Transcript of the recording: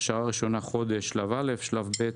הכשרה ראשונה של חודש, שלב א',